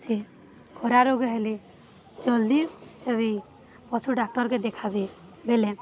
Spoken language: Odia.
ସେ ଖୁରା ରୋଗ ହେଲେ ଜଲ୍ଦି ଯାଇକି ପଶୁ ଡାକ୍ତରକେ ଦେଖାବେ ବୋଲେ